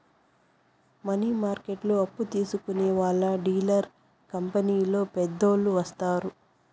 money మార్కెట్లో అప్పు తీసుకునే వాళ్లు డీలర్ కంపెనీలో పెద్దలు వత్తారు